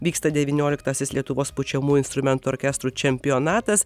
vyksta devynioliktasis lietuvos pučiamųjų instrumentų orkestrų čempionatas